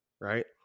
Right